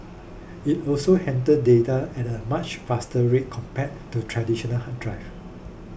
it also handled data at a much faster rate compared to traditional hard drive